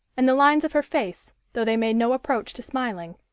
and the lines of her face, though they made no approach to smiling,